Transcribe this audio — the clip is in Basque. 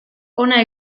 hona